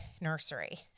nursery